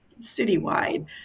citywide